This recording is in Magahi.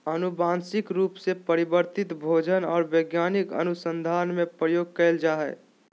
आनुवंशिक रूप से परिवर्तित भोजन और वैज्ञानिक अनुसन्धान में प्रयोग कइल जा हइ